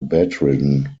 bedridden